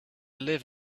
live